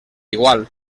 igual